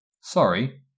Sorry